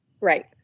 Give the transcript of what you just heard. Right